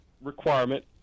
requirement